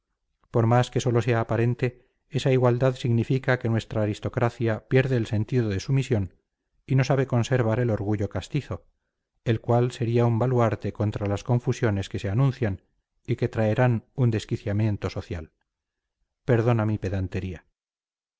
por más que sólo sea aparente esa igualdad significa que nuestra aristocracia pierde el sentido de su misión y no sabe conservar el orgullo castizo el cual sería un baluarte contra las confusiones que se anuncian y que traerán un desquiciamiento social perdona mi pedantería